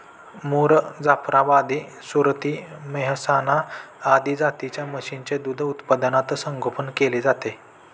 मुर, जाफराबादी, सुरती, मेहसाणा आदी जातींच्या म्हशींचे दूध उत्पादनात संगोपन केले जाते